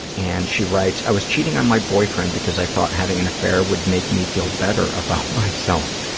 and she writes, i was cheating on my boyfriend because i thought having an affair would make me feel better about myself,